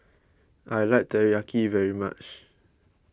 I like Teriyaki very much